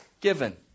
given